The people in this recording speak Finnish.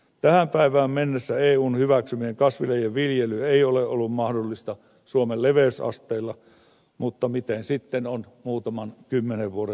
tähän päivään mennessä eun hyväksymien kasvilajien viljely ei ole ollut mahdollista suomen leveysasteilla mutta miten sitten on muutaman kymmenen vuoden kuluttua